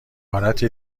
عبارت